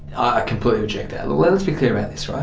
ah completely reject that. let's be clear about this, right.